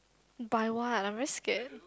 by what I'm very scared